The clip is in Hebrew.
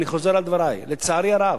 אני חוזר על דברי: לצערי הרב,